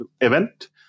event